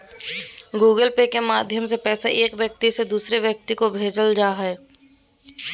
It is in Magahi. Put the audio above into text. गूगल पे के माध्यम से पैसा एक व्यक्ति से दोसर व्यक्ति के भेजल जा हय